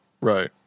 Right